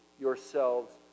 yourselves